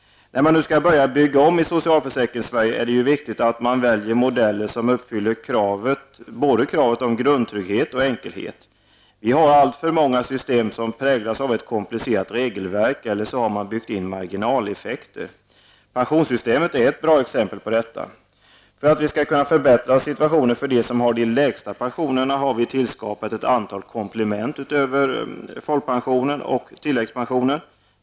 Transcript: När man nu skall börja bygga om i Socialförsäkringssverige är det ju viktigt att man väljer modeller som uppfyller både kravet på grundtrygghet och kravet på enkelhet. Vi har alltför många system som präglas av ett komplicerat regelverk eller av inbyggda marginaleffekter. Pensionssystemet är ett bra exempel på detta. För att förbättra situationen för dem som har de lägsta pensionerna har det skapats ett antal komplement utöver folkpensionen och tilläggspensionen.